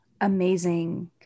amazing